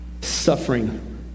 Suffering